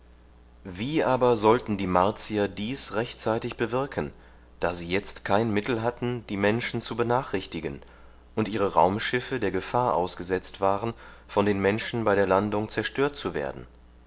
wie aber sollten die martier dies rechtzeitig bewirken da sie jetzt kein mittel hatten die menschen zu benachrichtigen und ihre raumschiffe der gefahr ausgesetzt waren von den menschen bei der landung zerstört zu werden